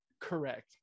correct